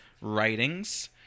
writings